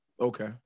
Okay